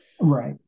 Right